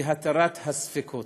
כהתרת הספקות.